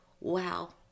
wow